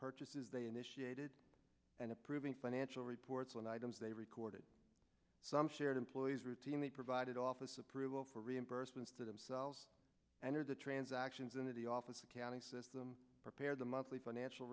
purchases they initiated and approving financial reports and items they recorded some shared employees routinely provided office approval for reimbursements to themselves and or the transactions into the office accounting system prepared the monthly financial